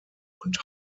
und